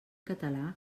català